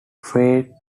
faye